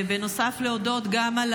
בנוסף, להודות גם על